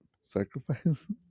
sacrifice